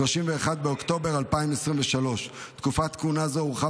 31 באוקטובר 2023. תקופת כהונה זו הוארכה